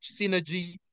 synergy